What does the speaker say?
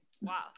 wow